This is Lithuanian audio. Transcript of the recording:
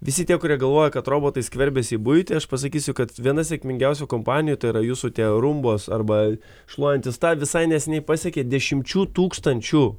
visi tie kurie galvoja kad robotai skverbiasi į buitį aš pasakysiu kad viena sėkmingiausių kompanijų tai yra jūsų tie rumbos arba šluojantys tą visai neseniai pasiekė dešimčių tūkstančių